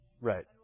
Right